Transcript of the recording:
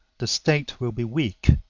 the state will be weak.